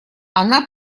она